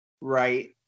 Right